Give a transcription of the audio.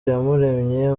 iyamuremye